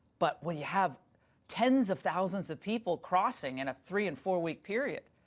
but we have tens of thousands of people crossing in a three and four week period.